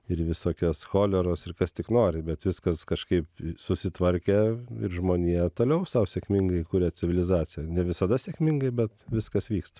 ir visokios choleros ir kas tik nori bet viskas kažkaip susitvarkė ir žmonija toliau sau sėkmingai kuria civilizaciją ne visada sėkmingai bet viskas vyksta